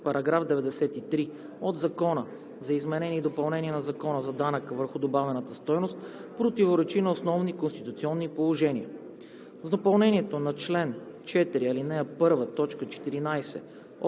§ 93 от Закона за изменение и допълнение на Закона за данък върху добавената стойност противоречи на основни конституционни положения. С допълнението на чл. 4, ал. 1, т. 14 от